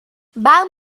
val